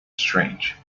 strange